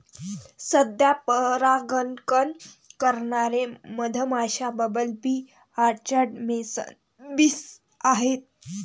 सध्या परागकण करणारे मधमाश्या, bumble bee, orchard mason bees आहेत